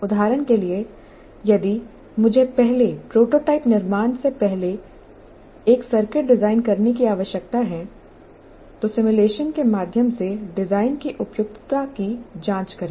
उदाहरण के लिए यदि मुझे पहले प्रोटोटाइप निर्माण से पहले एक सर्किट डिजाइन करने की आवश्यकता है तो सिमुलेशन के माध्यम से डिजाइन की उपयुक्तता की जांच करें